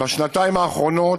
בשנתיים האחרונות,